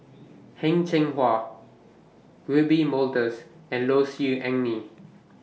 Heng Cheng Hwa Wiebe Wolters and Low Siew Nghee